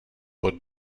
pod